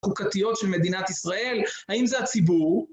חוקתיות של מדינת ישראל, האם זה הציבור?